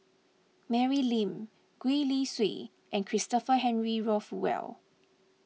Mary Lim Gwee Li Sui and Christopher Henry Rothwell